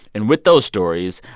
and with those stories,